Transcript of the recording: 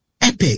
epic